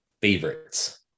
favorites